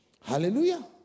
Hallelujah